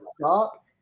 stop